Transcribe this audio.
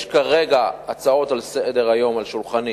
יש כרגע הצעות על סדר-היום על שולחני